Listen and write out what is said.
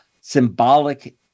symbolic